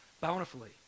bountifully